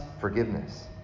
forgiveness